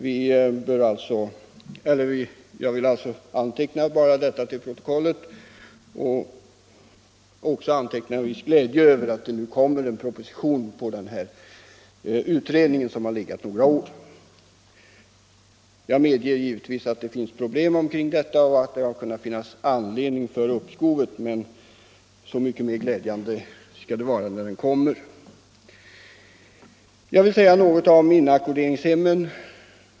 Jag har velat ha sagt detta, samtidigt som jag uttrycker min glädje över att det snart kommer att läggas fram en proposition på grundval av resultatet från den utredning som har arbetat några år med dessa frågor. Jag medger att det finns problem på detta område och att det därför kan ha funnits anledning för uppskovet, men desto gladare skall jag bli när propositionen läggs fram. Sedan vill jag också helt kort säga något om inackorderingshemmen.